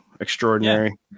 extraordinary